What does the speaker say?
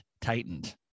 tightened